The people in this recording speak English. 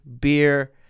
beer